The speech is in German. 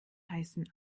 heißen